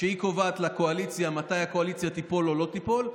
שהיא קובעת לקואליציה מתי הקואליציה תיפול או לא תיפול,